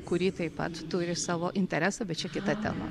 kuri taip pat turi savo interesą bet čia kita tema